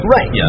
Right